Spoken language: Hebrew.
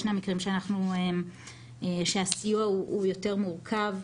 ישנם מקרים שהסיוע הוא יותר מורכב.